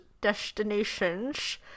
destinations